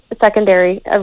secondary